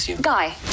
Guy